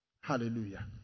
Hallelujah